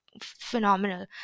phenomenal